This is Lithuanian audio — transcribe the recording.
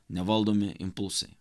nevaldomi impulsai